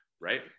right